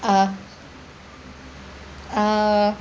uh uh